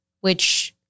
which-